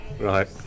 right